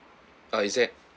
ah is there